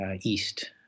East